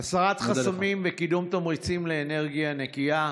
הסרת חסמים וקידום תמריצים לאנרגיה נקייה,